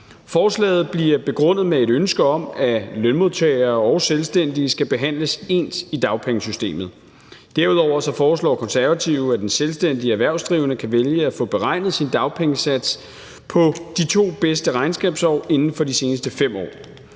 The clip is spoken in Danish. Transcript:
Forslaget bliver begrundet med et ønske om, at lønmodtagere og selvstændige skal behandles ens i dagpengesystemet. Derudover foreslår Konservative, at den selvstændige erhvervsdrivende kan vælge at få beregnet sin dagpengesats ud fra de 2 bedste regnskabsår inden for de seneste 5 år.